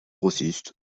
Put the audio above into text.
grossistes